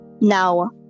now